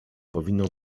powinno